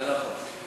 זה נכון.